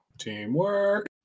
Teamwork